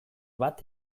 bat